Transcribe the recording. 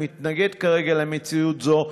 מתנגד כרגע למציאות זו,